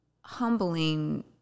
humbling